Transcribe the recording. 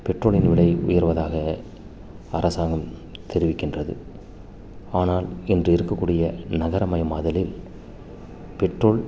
பெட்ரோலின் விலை உயர்வதாக அரசாங்கம் தெரிவிக்கின்றது ஆனால் இன்று இருக்கக் கூடிய நகரம் மயமாதலில் பெட்ரோல்